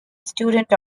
student